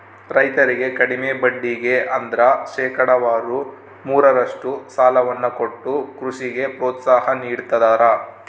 ರೈತರಿಗೆ ಕಡಿಮೆ ಬಡ್ಡಿಗೆ ಅಂದ್ರ ಶೇಕಡಾವಾರು ಮೂರರಷ್ಟು ಸಾಲವನ್ನ ಕೊಟ್ಟು ಕೃಷಿಗೆ ಪ್ರೋತ್ಸಾಹ ನೀಡ್ತದರ